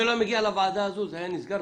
זה לא היה מגיע לוועדה הזאת אלא היה נסגר.